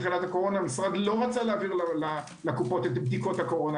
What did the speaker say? בתחילת הקורונה המשרד לא רצה להעביר לקופות את בדיקות את הקורונה.